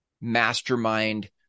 mastermind